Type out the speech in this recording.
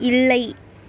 இல்லை